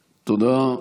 תודה.